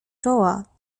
czoła